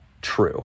true